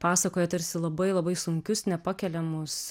pasakoja tarsi labai labai sunkius nepakeliamus